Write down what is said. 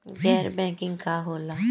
गैर बैंकिंग का होला?